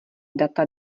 data